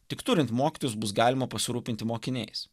tik turint mokytojus bus galima pasirūpinti mokiniais